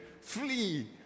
flee